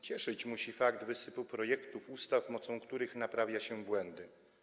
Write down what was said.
Cieszyć musi fakt wysypu projektów ustaw, mocą których naprawia się błędy.